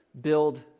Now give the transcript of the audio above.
build